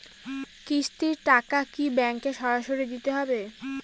কিস্তির টাকা কি ব্যাঙ্কে সরাসরি দিতে হবে?